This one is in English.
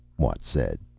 watt said.